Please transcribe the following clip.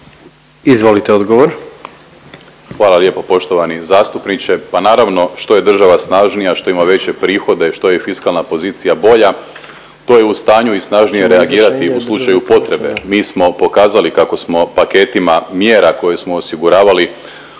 Marko** Hvala lijepo poštovani zastupniče, pa naravno što je država snažnija, što ima veće prihode, što je fiskalna pozicija bolja to je u stanju i snažnije reagirati u slučaju potrebe. Mi smo pokazali kako smo paketima mjera koje smo osiguravali